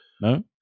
No